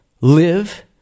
Live